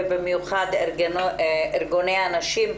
ובמיוחד עם ארגוני הנשים,